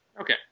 Okay